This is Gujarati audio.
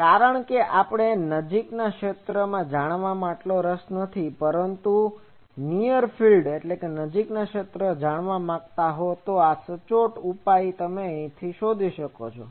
કારણ કે આપણને નજીકના ક્ષેત્રને જાણવામાં એટલો રસ નથી પરંતુ જો તમે નીઅર ફિલ્ડ Near Fieldનજીકના ક્ષેત્રને જાણવા માંગતા હો તો આ સચોટ ઉપાય તમે અહીંથી મેળવી શોધી શકો છો